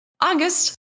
August